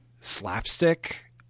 slapstick